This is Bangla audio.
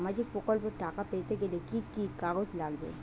সামাজিক প্রকল্পর টাকা পেতে গেলে কি কি কাগজ লাগবে?